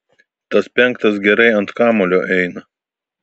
tas penktas gerai ant kamuolio eina